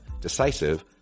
decisive